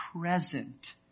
present